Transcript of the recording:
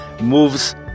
moves